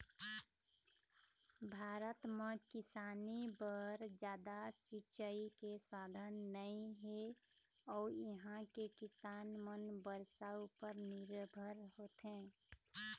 भारत म किसानी बर जादा सिंचई के साधन नइ हे अउ इहां के किसान मन बरसा उपर निरभर होथे